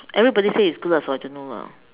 everybody say it's good lah so I don't know lah